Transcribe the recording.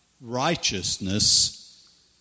righteousness